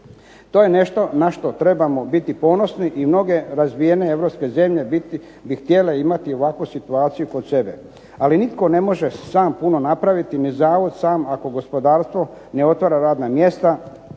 To je nešto na što trebamo biti ponosni i mnoge razvijene europske zemlje bi htjele imati ovakvu situaciju kod sebe. Ali nitko ne može sam puno napraviti, ni Zavod sam ako gospodarstvo ne otvara radna mjesta,